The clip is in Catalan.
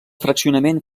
fraccionament